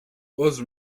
عذر